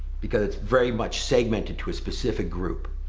because it's very much segmented to a specific group.